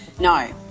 No